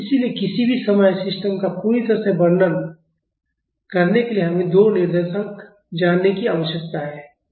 इसलिए किसी भी समय सिस्टम का पूरी तरह से वर्णन करने के लिए हमें दो निर्देशांक जानने की आवश्यकता है